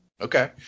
Okay